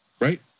Right